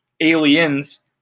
Aliens